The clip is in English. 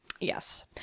Yes